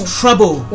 trouble